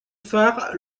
phare